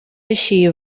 així